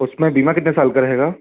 उसमें बीमा कितने साल का रहेगा